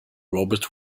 robert